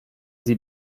sie